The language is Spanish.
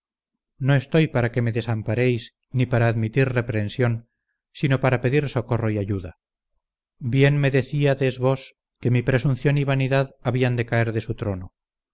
no estoy para que me desamparéis ni para admitir reprehensión sino para pedir socorro y ayuda bien me decaídas vos que mi presunción y vanidad habían de caer de su trono